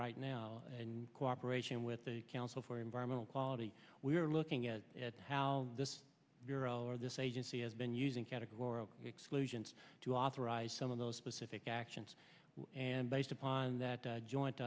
right now and cooperation with the council for environmental quality we're looking at how this bureau or this agency has been using categorical exclusions to authorize some of those specific actions and based upon that joint